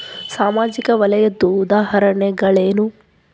ಸಾಮಾಜಿಕ ವಲಯದ್ದು ಉದಾಹರಣೆಗಳೇನು?